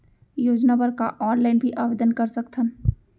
योजना बर का ऑनलाइन भी आवेदन कर सकथन?